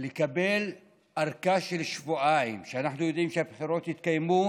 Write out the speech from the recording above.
לקבל ארכה של שבועיים כשאנחנו יודעים שהבחירות יתקיימו